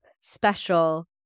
special